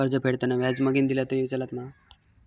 कर्ज फेडताना व्याज मगेन दिला तरी चलात मा?